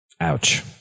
Ouch